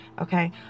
okay